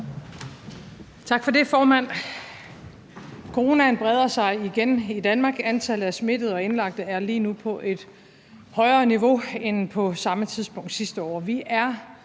Tak for det, formand. Coronaen breder sig igen i Danmark. Antallet af smittede og indlagte er lige nu på et højere niveau end på samme tidspunkt sidste år.